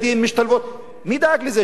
מי דאג לזה שם?